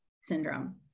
syndrome